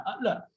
look